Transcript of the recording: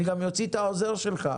אני גם אוציא את העוזר שלך.